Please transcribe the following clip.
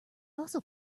also